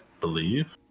believe